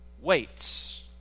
waits